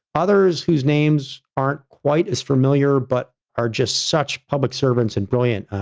others whose names aren't quite as familiar but are just such public servants and brilliant.